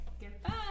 Goodbye